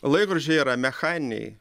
laikrodžiai yra mechaniniai